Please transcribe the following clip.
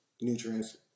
nutrients